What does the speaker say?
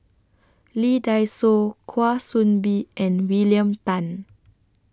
Lee Dai Soh Kwa Soon Bee and William Tan